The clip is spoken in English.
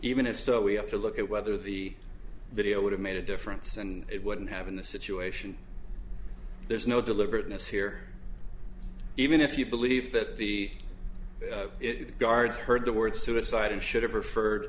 even if so we have to look at whether the video would have made a difference and it wouldn't have in the situation there's no deliberateness here even if you believe that the it guards heard the word suicide and should have